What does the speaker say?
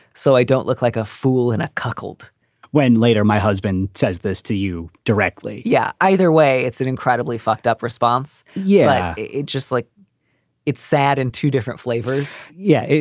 so i don't look like a fool and a cuckold when later my husband says this to you directly. yeah. either way, it's an incredibly fucked up response. yeah, it just like it's sad in two different flavors yeah.